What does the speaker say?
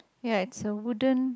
ya it's a wooden